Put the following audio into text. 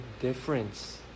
difference